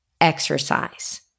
exercise